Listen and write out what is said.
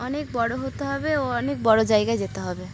অনেক বড়ো হতে হবে ও অনেক বড়ো জায়গায় যেতে হবে